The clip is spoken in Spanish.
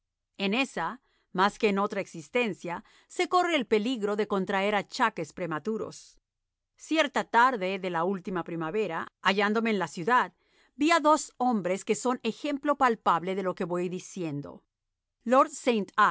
en ésa más que en otra existencia se corre el peligre de contraer achaques prematuros cierta tarde de la última primavera hallándome en la ciudad vi a dos hombres que son ejemplo palpable de lo que voy diciendo